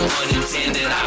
unintended